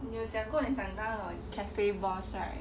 你有讲过很想当 cafe boss right